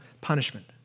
punishment